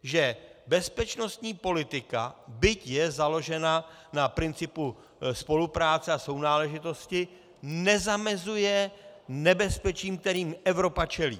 Že bezpečnostní politika, byť je založena na principu spolupráce a sounáležitosti, nezamezuje nebezpečím, kterým Evropa čelí.